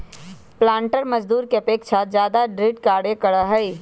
पालंटर मजदूर के अपेक्षा ज्यादा दृढ़ कार्य करा हई